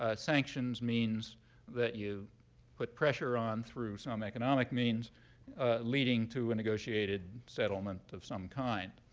ah sanctions means that you put pressure on through some economic means leading to a negotiated settlement of some kind.